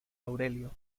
aurelio